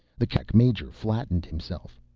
the kerak major flattened himself.